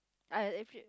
I uh